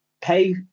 pay